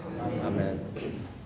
Amen